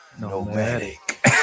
Nomadic